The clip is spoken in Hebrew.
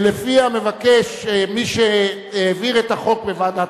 שלפיה מבקש מי שהעביר את הצעת החוק בוועדת